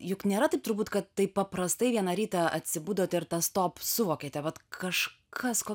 juk nėra taip turbūt kad taip paprastai vieną rytą atsibudote ir tą stop suvokėte vat kažkas ko